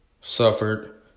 suffered